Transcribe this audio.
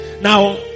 Now